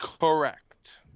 Correct